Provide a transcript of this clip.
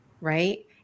right